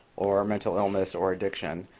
or mental illness or addiction.